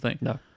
No